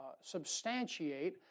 substantiate